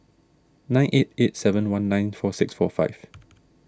nine eight eight seven one nine four six four five